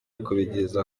kubigeza